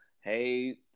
hey